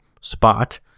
spot